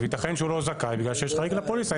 ייתכן שהוא לא זכאי בגלל שיש חריג לפוליסה.